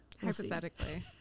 Hypothetically